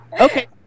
Okay